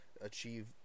achieve